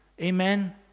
Amen